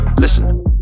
Listen